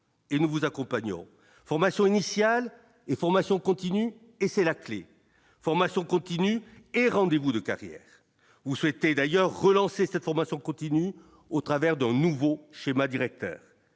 et nous vous accompagnons formation initiale et formation continue et c'est la clé, formation continue et rendez-vous de carrière ou souhaitez d'ailleurs relancé cette formation continue au travers d'un nouveau schéma directeur